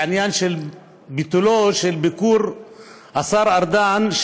הוא ביטול ביקורו של השר ארדן,